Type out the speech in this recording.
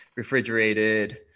refrigerated